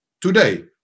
today